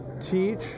teach